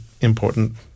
important